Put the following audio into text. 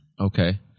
okay